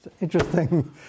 Interesting